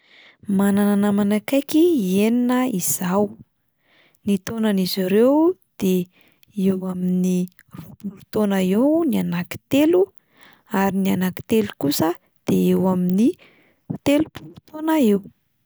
Manana namana akaiky enina izaho, ny taonan'izy ireo de eo amin'ny roapolo taona eo ny anankitelo, ary ny anankitelo kosa de eo amin'ny telopolo taona eo.